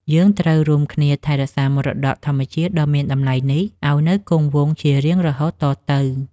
យើងត្រូវរួមគ្នាថែរក្សាមរតកធម្មជាតិដ៏មានតម្លៃនេះឱ្យនៅគង់វង្សជារៀងរហូតតទៅ។